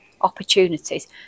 opportunities